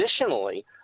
additionally